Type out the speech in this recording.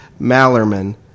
Mallerman